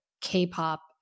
K-pop